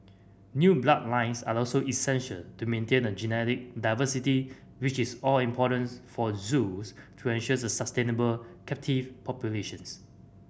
new bloodlines are also essential to maintain a genetic diversity which is all importance for zoos to ensure the sustainable captive populations